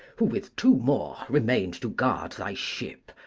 who with two more remained to guard thy ship,